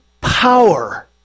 power